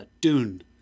Dune